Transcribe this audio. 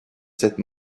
cette